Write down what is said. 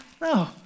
No